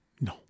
No